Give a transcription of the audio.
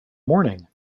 morning